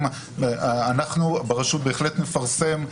אנחנו ברשות בהחלט נפרסם,